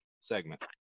segment